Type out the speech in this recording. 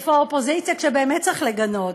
איפה האופוזיציה כשבאמת צריך לגנות?